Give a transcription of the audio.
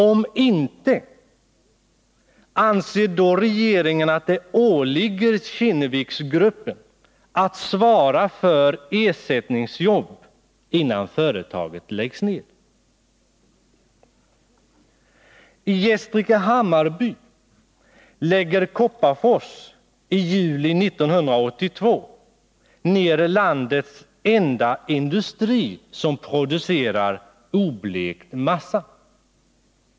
Om inte, anser då regeringen att det åligger Kinneviksgruppen att svara för ersättningsjobb innan företaget läggs ned? I Gästrike-Hammarby lägger Kopparfors i juli 1982 ner landets enda industri som producerar oblekt massa.